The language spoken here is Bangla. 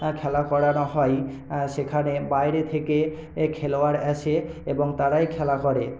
খেলা করানো হয়ই সেখানে বাইরে থেকে খেলোয়ার আসে এবং তারাই খেলা করে